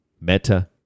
meta